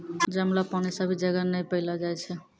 जमलो पानी सभी जगह नै पैलो जाय छै